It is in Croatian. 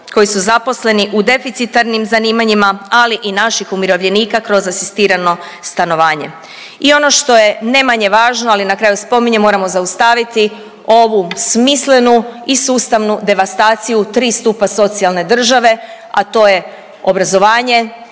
koji su zaposleni u deficitarnim zanimanjima, ali i naših umirovljenika kroz asistirano stanovanje. I ono što je ne manje važno, ali na kraju spominjem, moramo zaustaviti ovu smislenu i sustavnu devastaciju tri stupa socijalne države, a to je obrazovanje,